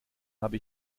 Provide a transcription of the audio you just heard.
habe